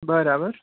બરાબર